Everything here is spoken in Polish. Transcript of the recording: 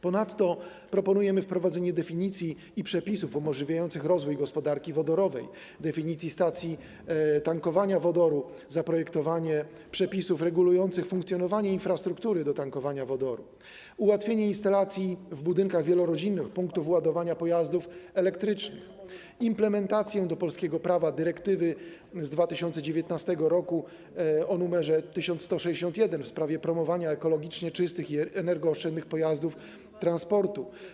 Ponadto proponujemy wprowadzenie definicji i przepisów umożliwiających rozwój gospodarki wodorowej, definicji stacji tankowania wodoru, zaprojektowanie przepisów regulujących funkcjonowanie infrastruktury do tankowania wodoru, ułatwienie instalacji w budynkach wielorodzinnych punktów ładowania pojazdów elektrycznych, implementację do polskiego prawa dyrektywy nr 1161 z 2019 r. w sprawie promowania ekologicznie czystych i energooszczędnych pojazdów transportu.